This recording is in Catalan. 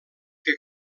que